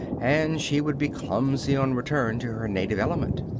and she would be clumsy on return to her native element.